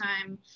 time